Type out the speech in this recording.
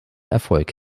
erfolg